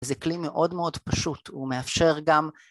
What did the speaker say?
זה כלי מאוד מאוד פשוט ומאפשר גם